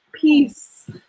Peace